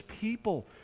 people